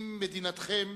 עם מדינתכם,